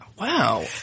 Wow